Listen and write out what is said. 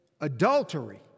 adultery